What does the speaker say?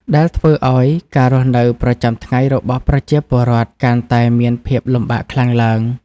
ដែលធ្វើឱ្យការរស់នៅប្រចាំថ្ងៃរបស់ប្រជាពលរដ្ឋកាន់តែមានភាពលំបាកខ្លាំងឡើង។